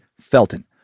Felton